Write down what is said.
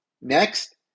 Next